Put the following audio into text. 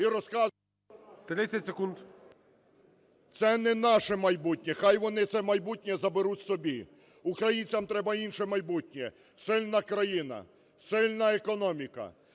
ЛЯШКО О.В. Це не наше майбутнє, хай вони це майбутнє заберуть собі. Українцям треба інше майбутнє: сильна країна, сильна економіка,